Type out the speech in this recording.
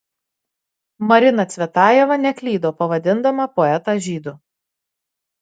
marina cvetajeva neklydo pavadindama poetą žydu